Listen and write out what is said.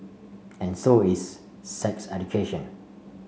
and so is sex education